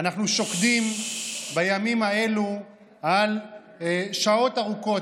אנחנו שוקדים בימים אלו שעות ארוכות